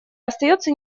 остается